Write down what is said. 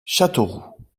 châteauroux